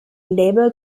leber